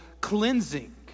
cleansing